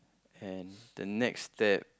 and the next step